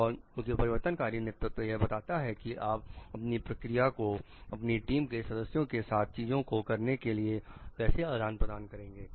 और क्योंकि परिवर्तनकारी नेतृत्व यह बताता है कि आप अपनी प्रक्रिया को अपनी टीम के सदस्यों के साथ चीजों को करने के लिए कैसे आदान प्रदान करेंगे